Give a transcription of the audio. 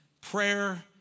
prayer